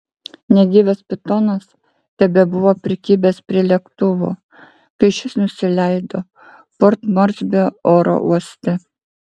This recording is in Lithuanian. negyvas pitonas tebebuvo prikibęs prie lėktuvo kai šis nusileido port morsbio oro uoste